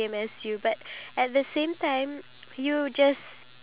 I don't have one specific thing